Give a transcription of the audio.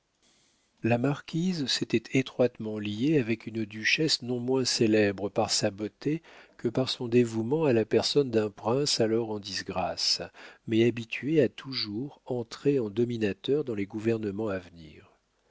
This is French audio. la marquise s'était étroitement liée avec une duchesse non moins célèbre par sa beauté que par son dévouement à la personne d'un prince alors en disgrâce mais habitué à toujours entrer en dominateur dans les gouvernements à venir